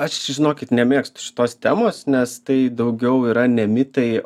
aš žinokit nemėgstu šitos temos nes tai daugiau yra ne mitai